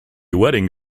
wedding